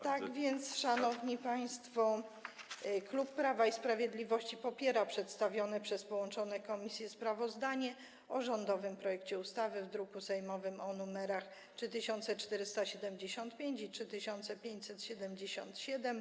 Tak więc, szanowni państwo, klub Prawo i Sprawiedliwość popiera przedstawione przez połączone komisje sprawozdanie o rządowym projekcie ustawy z druków sejmowych nr 3475 i 3577.